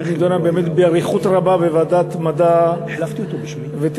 נדונה באמת באריכות רבה בוועדת המדע והטכנולוגיה,